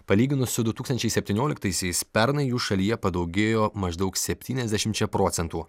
palyginus su du tūkstančiai septynioliktaisiais pernai jų šalyje padaugėjo maždaug septyniasdešimčia procentų